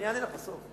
ואני אענה לך בסוף.